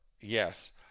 Yes